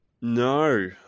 No